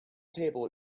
table